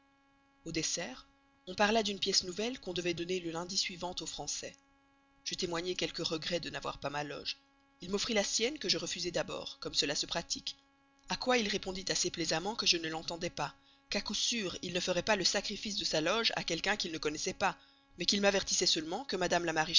au dessert on parla d'une pièce nouvelle qu'on devait donner le lundi suivant aux français je témoignai quelques regrets de n'avoir pas ma loge il m'offrit la sienne que je refusai d'abord comme cela se pratique à quoi il répondit assez plaisamment que je ne l'entendais pas qu'à coup sûr il ne ferait pas le sacrifice de sa loge à quelqu'un qu'il ne connaissait point mais qu'il m'avertissait seulement que mme